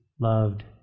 loved